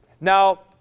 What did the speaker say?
Now